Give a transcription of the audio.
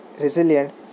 resilient